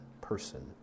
person